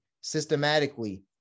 systematically